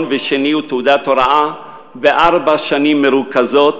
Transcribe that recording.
ושני ותעודת הוראה בארבע שנים מרוכזות,